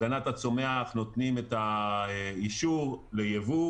הגנת הצומח נותנים את האישור ליבוא